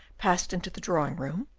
passed into the drawing-room,